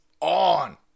on